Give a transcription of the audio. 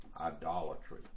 idolatry